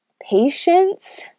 patience